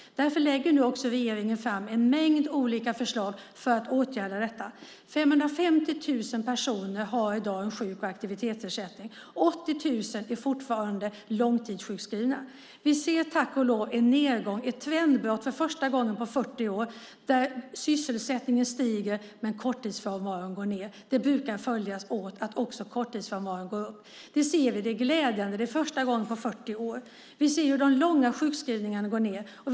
Därför lägger regeringen nu fram en mängd olika förslag för att åtgärda detta. 550 000 personer har i dag en sjuk och aktivitetsersättning. 80 000 är fortfarande långtidssjukskrivna. Vi ser tack och lov en nedgång, ett trendbrott, för första gången på 40 år. Sysselsättningen stiger men korttidsfrånvaron sjunker. Det brukar följas åt så att också korttidsfrånvaron ökar. Det vi ser är glädjande. Det är första gången på 40 år. Vi ser hur de långa sjukskrivningarna minskar.